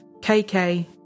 KK